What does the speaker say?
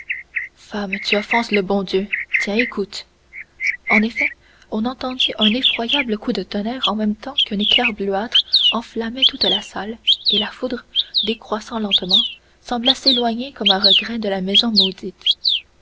femme tu offenses le bon dieu tiens écoute en effet on entendit un effroyable coup de tonnerre en même temps qu'un éclair bleuâtre enflammait toute la salle et la foudre décroissant lentement sembla s'éloigner comme à regret de la maison maudite